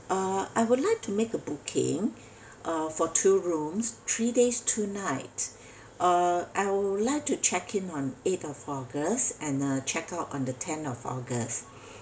uh I would like to make a booking uh for two rooms three days two night uh I would like to check in on eight of august and uh check out on the tenth of august